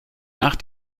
nach